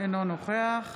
אינו נוכח